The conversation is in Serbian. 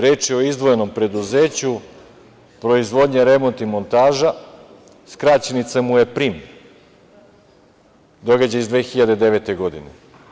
Reč je o izdvojenom preduzeću, proizvodnja, remont i montaža, skraćenica mu je PRIM, dogašaj iz 2009. godine.